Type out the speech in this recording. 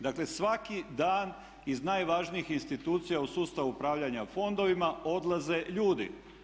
Dakle, svaki dan iz najvažnijih institucija u sustavu upravljanja fondovima odlaze ljudi.